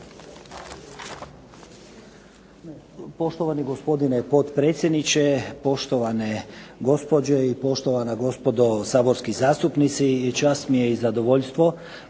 Danijel** Gospodine potpredsjedniče, poštovane gospođe i poštovana gospodo saborski zastupnici. Čast mi je i zadovoljstvo